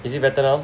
is it better now